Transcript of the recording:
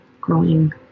growing